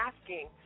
asking